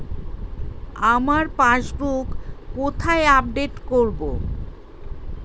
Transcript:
আমার পাসবুক কোথায় আপডেট করব?